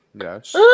Yes